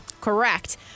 Correct